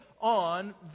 on